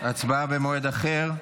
ההצבעה במועד אחר.